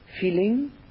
Feeling